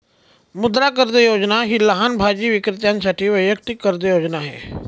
मुद्रा कर्ज योजना ही लहान भाजी विक्रेत्यांसाठी वैयक्तिक कर्ज योजना आहे